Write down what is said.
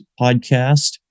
podcast